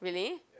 really